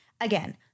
Again